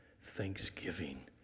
thanksgiving